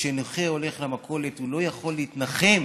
כשנכה הולך למכולת, הוא לא יכול להתנחם